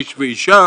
איש ואישה,